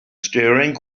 staring